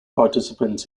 participants